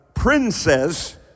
princess